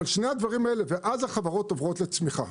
ואז החברות עוברות לצמיחה.